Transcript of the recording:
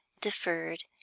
deferred